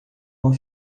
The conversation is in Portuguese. uma